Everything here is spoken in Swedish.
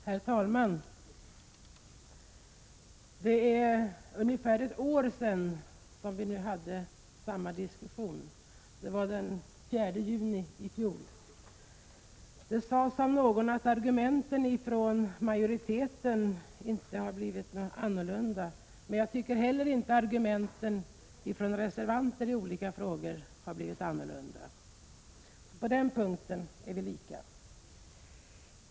Herr talman! Det är ungefär ett år sedan som vi hade samma diskussion. Det var den 4 juni i fjol. Någon sade här att argumenten ifrån majoriteten inte har blivit annorlunda. Jag tycker att inte heller argumenten från reservanterna i olika frågor har blivit annorlunda. På den punkten är vi lika.